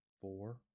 four